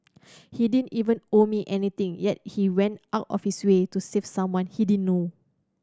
he didn't even owe me anything yet he went out of his way to save someone he didn't know